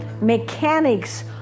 mechanics